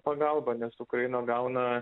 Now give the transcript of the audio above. pagalba nes ukraina gauna